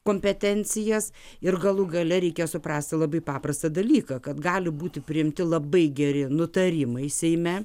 kompetencijas ir galų gale reikia suprasti labai paprastą dalyką kad gali būti priimti labai geri nutarimai seime